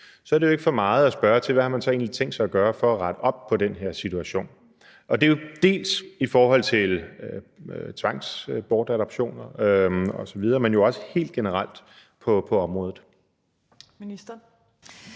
så er det jo ikke for meget at spørge til: Hvad har man så egentlig tænkt sig at gøre for at rette op på den her situation? Og det er jo både i forhold til tvangsbortadoptioner osv., men også helt generelt på området. Kl.